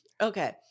Okay